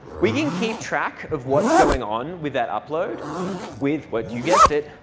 we can keep track of what's going on with that upload with what, you guessed it,